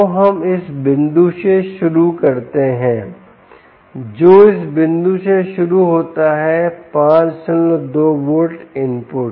तो हम इस बिंदु से शुरू करते हैं जो इस बिंदु से शुरू होता है 52 वोल्ट इनपुट